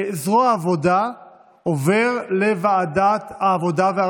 זרוע העבודה עוברת לוועדת העבודה,